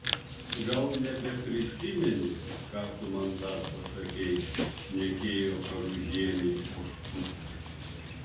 gal nebeprisimeni ką tu man dar pasakei šnekėjo karužienei oškutis